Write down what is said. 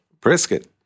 brisket